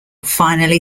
finally